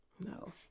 No